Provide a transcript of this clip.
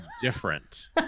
different